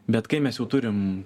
bet kai mes jau turim